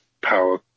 power